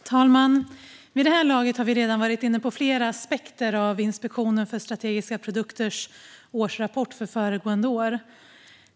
Fru talman! Vid det här laget har vi redan varit inne på flera aspekter av Inspektionen för strategiska produkters årsrapport för föregående år.